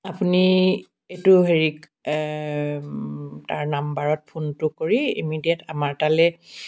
আপুনি এইটো হেৰিত তাৰ নাম্বাৰত ফোনটো কৰি ইমিডিয়েট আমাৰ তালৈ